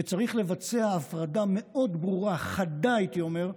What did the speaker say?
צריך לבצע הפרדה מאוד ברורה, חדה, הייתי אומר,